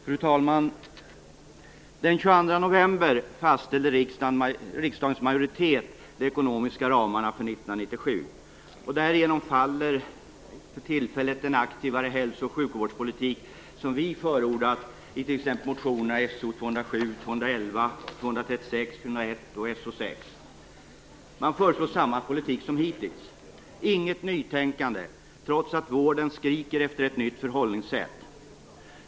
Fru talman! Den 22 november fastställde riksdagens majoritet de ekonomiska ramarna för 1997. Därigenom faller för tillfället den aktivare hälso och sjukvårdspolitik vi förordat i t.ex. motionerna So207, So211, So236, So401 och So6. Man föreslår samma politik som hittills - inget nytänkande, trots att vården skriker efter ett nytt förhållningssätt.